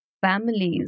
families